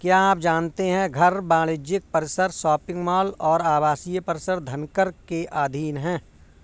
क्या आप जानते है घर, वाणिज्यिक परिसर, शॉपिंग मॉल और आवासीय परिसर धनकर के अधीन हैं?